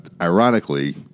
ironically